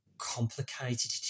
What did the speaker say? complicated